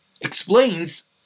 Explains